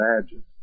imagine